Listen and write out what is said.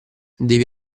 devi